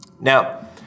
Now